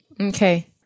Okay